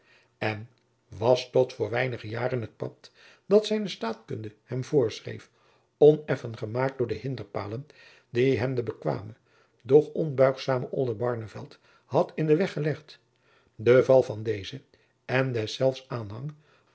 en was tot voor weinige jaren het pad dat zijne staatkunde hem voorschreef oneffen gemaakt door de hinderpalen die hem de bekwame doch onbuigzame oldenbarnevelt had in den weg gelegd de val van dezen en deszelfs aanhang